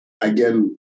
again